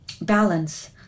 balance